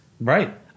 Right